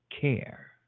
care